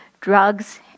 drugs